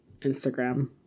instagram